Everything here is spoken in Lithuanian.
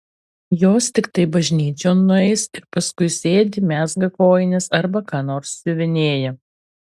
jos tiktai bažnyčion nueis ir paskui sėdi mezga kojines arba ką nors siuvinėja